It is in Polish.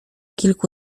kilku